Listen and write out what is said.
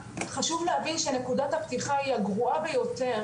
חשוב להבין שנקודת הפתיחה היא הגרועה ביותר